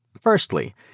Firstly